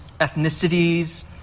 ethnicities